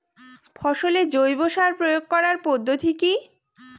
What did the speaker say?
ফসলে জৈব সার প্রয়োগ করার পদ্ধতি কি?